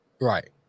right